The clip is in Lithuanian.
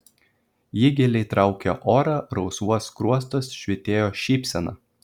ji giliai traukė orą rausvuos skruostuos švytėjo šypsena